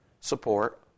support